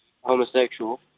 homosexual